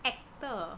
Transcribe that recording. actor